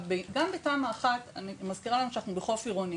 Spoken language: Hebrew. גם בתמ"א1 אנחנו בחוף עירוני.